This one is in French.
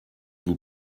vous